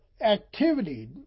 Activity